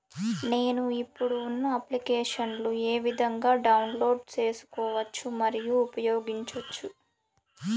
నేను, ఇప్పుడు ఉన్న అప్లికేషన్లు ఏ విధంగా డౌన్లోడ్ సేసుకోవచ్చు మరియు ఉపయోగించొచ్చు?